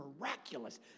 miraculous